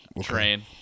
train